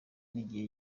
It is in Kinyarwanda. n’igihe